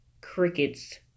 crickets